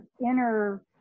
inner